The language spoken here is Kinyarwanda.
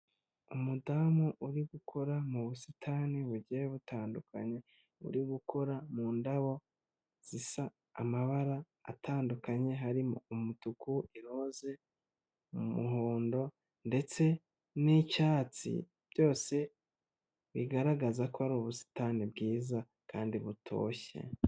Umudamu uri gukora mu busitani bugiye butandukanye, uri gukora mu ndabo zisa amabara atandukanye, harimo umutuku, iroze, umuhondo ndetse n'icyatsi, byose bigaragaza ko ari ubusitani bwiza kandi butoshye.